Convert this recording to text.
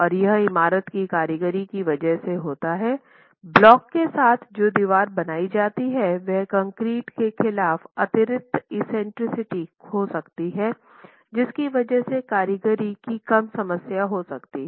और यह इमारत की कारीगरी की वजह से होता है ब्लॉक के साथ जो दीवार बनाई जाती है वह कंक्रीट के खिलाफ अतिरिक्त एक्सेंट्रिक हो सकती है जिसकी वजह से कारीगरी की कम समस्याएं हो सकती हैं